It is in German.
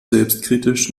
selbstkritisch